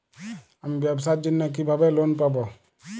আমি ব্যবসার জন্য কিভাবে লোন পাব?